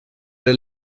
det